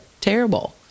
terrible